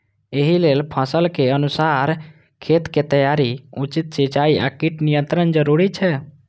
एहि लेल फसलक अनुसार खेतक तैयारी, उचित सिंचाई आ कीट नियंत्रण जरूरी छै